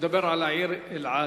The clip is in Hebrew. הוא מדבר על העיר אלעד.